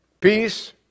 peace